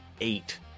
eight